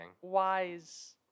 wise